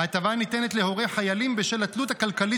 ההטבה ניתנת להורי חיילים בשל התלות הכלכלית